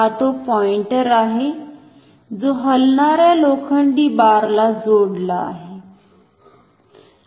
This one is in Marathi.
हा तो पॉईंटर आहे जो हलणाऱ्या लोखंडी बार ला जोडला आहे